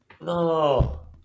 No